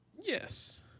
Yes